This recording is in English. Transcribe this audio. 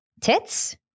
Tits